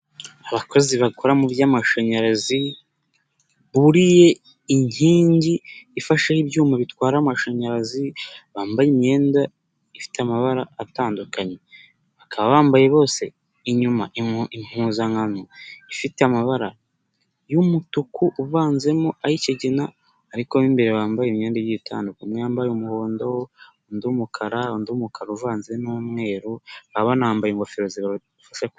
Abakozi bakora mu by'amashanyarazi buriye inkingi ifasheho ibyuma bitwara amashanyarazi, bambaye imyenda ifite amabara atandukanye, bakaba bambaye inyuma impuzankano ifite amabara y'umutuku uvanzemo ay'ikigina, ariko mo imbere bambaye imyenda y'igiye itandukanye umwe yambaye umuhondo, undi umukara undi umukara uvanze n'umweru urabona bambaye ingofero zibafasha.